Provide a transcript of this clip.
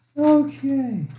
okay